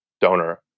donor